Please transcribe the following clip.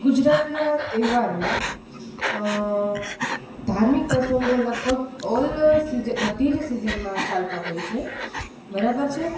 ગુજરાતના તહેવારોમાં ધાર્મિક પ્રસંગો લગભગ ઓલ બધી જ સિઝનમાં ચાલતા હોય છે બરાબર છે